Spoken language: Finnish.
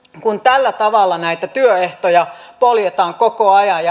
kun tällä tavalla näitä työehtoja poljetaan koko ajan